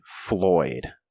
Floyd